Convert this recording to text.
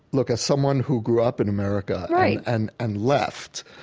look, as someone who group up in america, right, and and left,